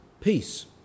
peace